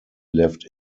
left